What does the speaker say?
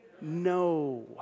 no